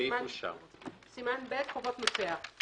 הצבעה בעד 2 פה אחד סעיף 1 לתיקון,